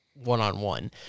one-on-one